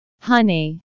honey